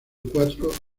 cuatro